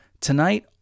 tonight